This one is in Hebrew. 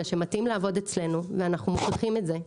שמתאים לעבוד אצלנו ואנחנו מוכרחים את זה,